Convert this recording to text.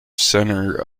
centre